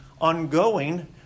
ongoing